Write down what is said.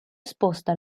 esposta